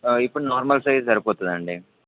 ఇప్పుడు normal size సరిపోతుందండి